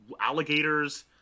alligators